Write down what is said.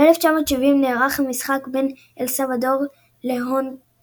ב-1970 נערך משחק בין אל סלבדור להונדורס,